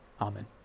amen